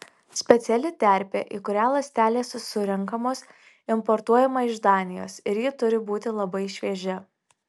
speciali terpė į kurią ląstelės surenkamos importuojama iš danijos ir ji turi būti labai šviežia